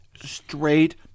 straight-